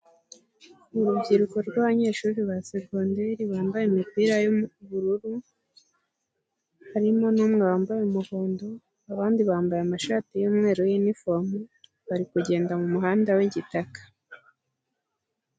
Urubyiruko rw'abanyeshuri ba secondaire bambaye imipira y'ubururu, harimo n'umwe wambaye umuhondo, abandi bambaye amashati y'umweru y'iniformo, bari kugenda mu muhanda w'igitaka.